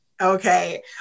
Okay